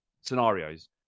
scenarios